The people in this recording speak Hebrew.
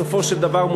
בסופו של דבר,